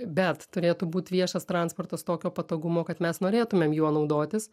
bet turėtų būt viešas transportas tokio patogumo kad mes norėtumėm juo naudotis